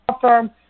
firm